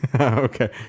Okay